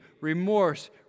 remorse